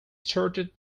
started